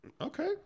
Okay